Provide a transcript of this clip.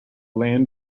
land